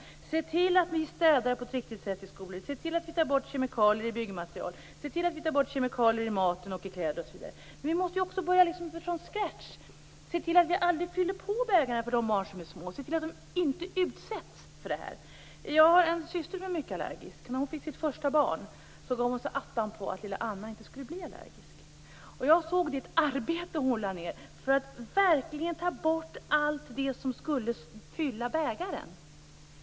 Vi måste se till att vi städar på ett riktigt sätt i skolor, tar bort kemikalier i byggmaterial, mat, kläder osv. Vi måste börja från scratch och se till att vi aldrig fyller bägaren när barnen är små, se till att de inte utsätts för detta. Jag har en syster som är mycket allergisk. När hon fick sitt första barn gav hon sig attan på att lilla Anna inte skulle bli allergisk. Jag såg det arbete hon lade ned för att verkligen ta bort allt det som skulle fylla bägaren.